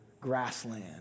grassland